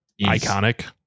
Iconic